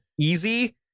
easy